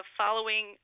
following